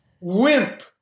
Wimp